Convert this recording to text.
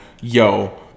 yo